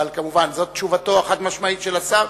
אבל, כמובן זו תשובתו החד-משמעית של השר.